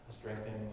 Strengthening